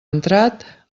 entrat